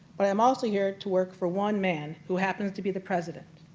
but i'm also here to work for one man, who happens to be the president.